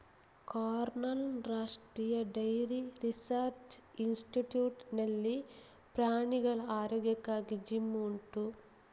ಕರ್ನಾಲ್ನ ರಾಷ್ಟ್ರೀಯ dairy research institute ನಲ್ಲಿ ಪ್ರಾಣಿಗಳ ಆರೋಗ್ಯಕ್ಕಾಗಿ ಜಿಮ್ ಉಂಟು